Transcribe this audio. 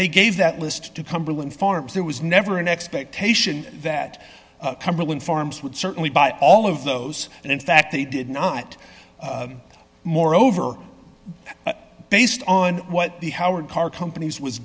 they gave that list to cumberland farms there was never an expectation that cumberland farms would certainly buy all of those and in fact they did not moreover based on what the howard car companies was